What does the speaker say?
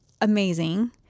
amazing